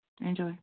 enjoy